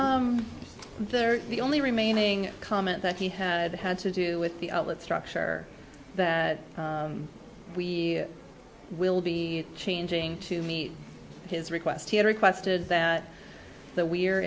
they're the only remaining comment that he had had to do with the outlet structure that we will be changing to meet his request he requested that we're